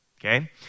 Okay